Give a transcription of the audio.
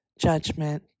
judgment